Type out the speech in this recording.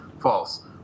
false